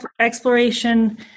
exploration